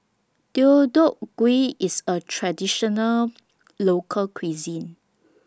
Deodeok Gui IS A Traditional Local Cuisine